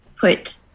put